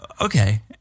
Okay